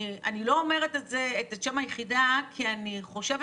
אני לא רוצה להגיד את שם היחידה כי אני חושבת